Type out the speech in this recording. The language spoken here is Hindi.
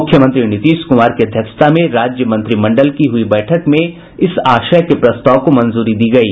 मुख्यमंत्री नीतीश कुमार की अध्यक्षता में राज्य मंत्रिमंडल की हुई बैठक में इस आशय के प्रस्ताव को मंजूरी दी गयी